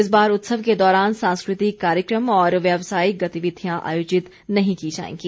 इस बार उत्सव के दौरान सांस्कृतिक कार्यक्रम और व्यावसायिक गतिविधियां आयोजित नहीं की जाएंगी